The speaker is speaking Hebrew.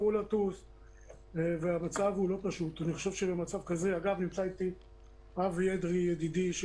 אני פותח את הדיון בנושא